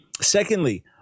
Secondly